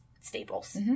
staples